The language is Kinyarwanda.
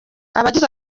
abagize